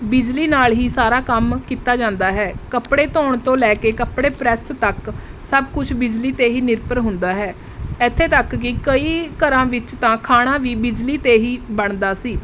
ਬਿਜਲੀ ਨਾਲ਼ ਹੀ ਸਾਰਾ ਕੰਮ ਕੀਤਾ ਜਾਂਦਾ ਹੈ ਕੱਪੜੇ ਧੋਣ ਤੋਂ ਲੈ ਕੇ ਕੱਪੜੇ ਪ੍ਰੈੱਸ ਤੱਕ ਸਭ ਕੁਛ ਬਿਜਲੀ 'ਤੇ ਹੀ ਨਿਰਭਰ ਹੁੰਦਾ ਹੈ ਇੱਥੇ ਤੱਕ ਕਿ ਕਈ ਘਰਾਂ ਵਿੱਚ ਤਾਂ ਖਾਣਾ ਵੀ ਬਿਜਲੀ 'ਤੇ ਹੀ ਬਣਦਾ ਸੀ